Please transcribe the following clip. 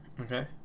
Okay